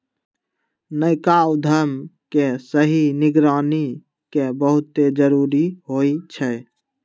नयका उद्यम के सही निगरानी के बहुते जरूरी होइ छइ